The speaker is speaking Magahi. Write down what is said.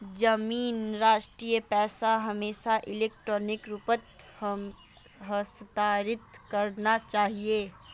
जमीन रजिस्ट्रीर पैसा हमेशा इलेक्ट्रॉनिक रूपत हस्तांतरित करना चाहिए